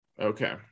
Okay